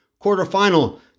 quarterfinal